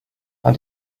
and